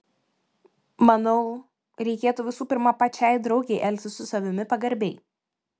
manau reikėtų visų pirma pačiai draugei elgtis su savimi pagarbiai